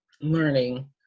learning